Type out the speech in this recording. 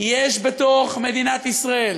יש בתוך מדינת ישראל